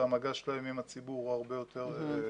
שהמגע שלהם עם הציבור הוא הרבה יותר,